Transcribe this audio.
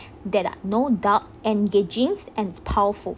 that are no doubt engaging and powerful